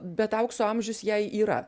bet aukso amžius jai yra